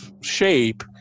shape